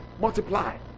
multiply